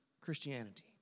Christianity